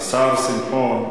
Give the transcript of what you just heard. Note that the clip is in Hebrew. השר שמחון,